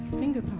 finger